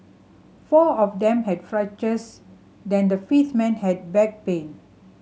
four of them had fractures than the fifth man had back pain